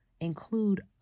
include